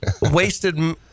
wasted